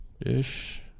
ish